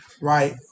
Right